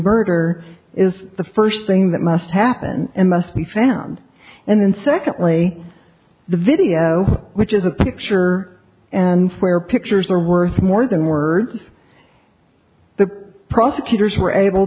murder is the first thing that must happen and must be found and then secondly the video which is a picture and where pictures are worth more than words the prosecutors were able